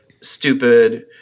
stupid